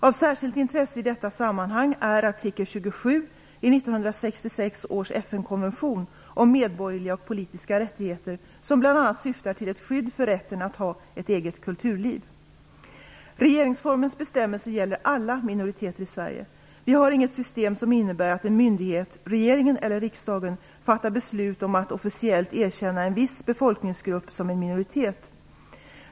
Av särskilt intresse i detta sammanhang är artikel 27 i 1966 års FN konvention om medborgerliga och politiska rättigheter, som bl.a. syftar till ett skydd för rätten att ha ett eget kulturliv. Regeringsformens bestämmelser gäller alla minoriteter i Sverige. Vi har inget system som innebär att en myndighet, regeringen eller riksdagen fattar beslut om att officiellt erkänna en viss befolkningsgrupp som en minoritet.